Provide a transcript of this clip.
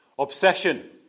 Obsession